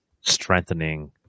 Strengthening